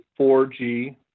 4G